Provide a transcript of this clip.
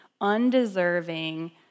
undeserving